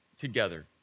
together